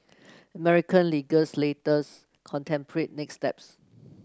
American legislators contemplate next steps